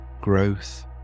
growth